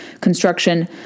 construction